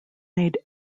made